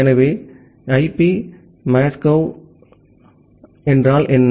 எனவே IP masquerading என்றால் என்ன